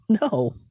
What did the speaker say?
No